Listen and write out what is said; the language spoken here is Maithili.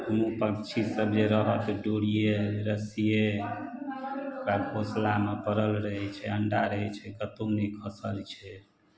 पक्षी सब जे रहत डोरियै रस्सी ओकरा घोसलामे परल रहै छै अण्डा रहै छै कतौ नहि खसल छै